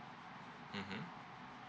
mmhmm